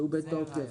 שהוא בתוקף.